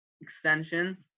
extensions